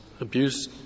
abuse